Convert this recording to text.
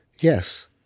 Yes